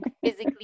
physically